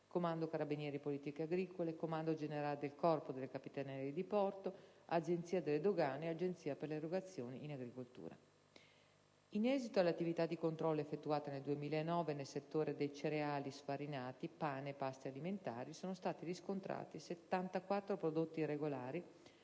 Comando carabinieri politiche agricole, del comando generale del Corpo delle capitanerie di porto, dell'Agenzia delle dogane e dell'Agenzia per le erogazioni in agricoltura (AGEA). In esito alle attività di controllo effettuate nel 2009 nel settore dei cereali sfarinati, pane e paste alimentari, sono stati riscontrati 74 prodotti irregolari,